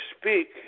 speak